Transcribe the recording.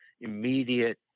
immediate